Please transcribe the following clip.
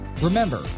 Remember